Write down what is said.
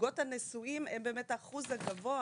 הזוגות הנשואים הם באמת האחוז הגבוה